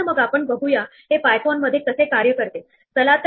तेव्हा आपण खालील प्रमाणे करण्याचा प्रयत्न करत आहोत